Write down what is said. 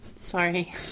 Sorry